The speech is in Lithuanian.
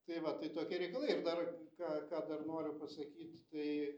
tai va tai tokie reikalai ir dar ką ką dar noriu pasakyt tai